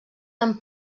amb